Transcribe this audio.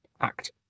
Act